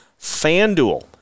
FanDuel